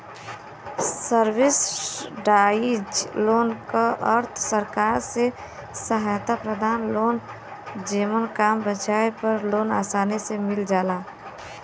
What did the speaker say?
subsidised loan क अर्थ सरकार से सहायता प्राप्त लोन जेमन कम ब्याज पर लोन आसानी से मिल जाला